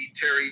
Terry